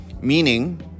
meaning